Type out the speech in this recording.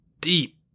deep